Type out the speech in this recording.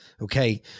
Okay